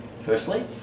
firstly